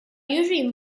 usually